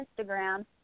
Instagram